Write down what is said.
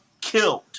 killed